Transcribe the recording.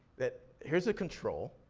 that here's a control,